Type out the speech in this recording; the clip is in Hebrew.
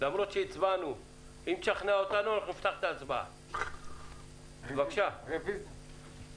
שתי שאלות הבהרה שמתקשרות לפתיחה, לרישא של